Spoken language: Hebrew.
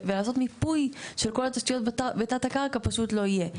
ולעשות מיפוי של כל התשתיות בתת-הקרקע פשוט לא יהיה.